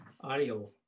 audio